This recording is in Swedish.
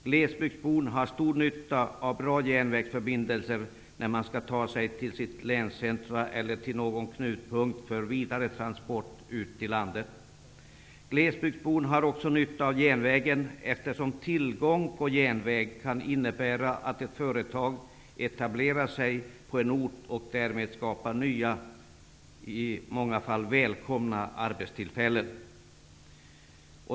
Glesbygdsbon har stor nytta av bra järnvägsförbindelser för att ta sig till sitt länscentrum eller till någon knutpunkt för vidare transport ut i landet. Glesbygdsbon har också nytta av järnvägen, eftersom tillgång på järnväg kan innebära att ett företag etablerar sig på en ort och därmed skapar nya och i många fall välkomna arbetstillfällen.